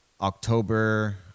October